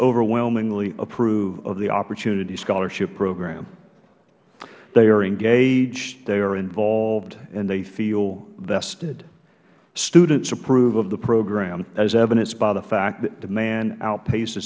overwhelmingly approve of the opportunity scholarship program they are engaged they are involved and they feel vested students approve of the program as evidenced by the fact that demand outpa